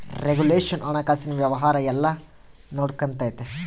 regulation ಹಣಕಾಸಿನ ವ್ಯವಹಾರ ಎಲ್ಲ ನೊಡ್ಕೆಂತತೆ